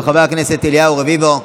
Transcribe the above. של חבר הכנסת אליהו רביבו.